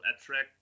attract